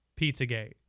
Pizzagate